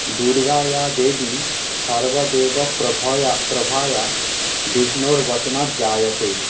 दुर्गायाः देवी सर्वदेव प्रभया प्रभायाः विष्णोर्वचनात् जायते